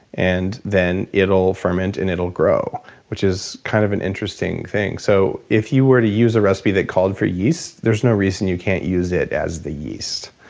and then it'll ferment and it'll grow which is kind of an interesting thing. so if you were to use a recipe that called for yeast, there's no reason you can't use it as the yeast.